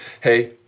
Hey